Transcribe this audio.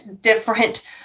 different